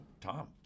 Tom